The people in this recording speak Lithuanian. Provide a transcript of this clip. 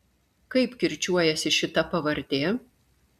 kaip kirčiuojasi šita pavardė